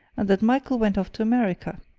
and that michael went off to america.